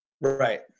right